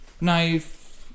Knife